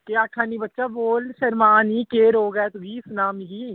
केह् आक्खा नी बच्चा बोल केह् रोग ऐ तूगी शरमा निं सना मिगी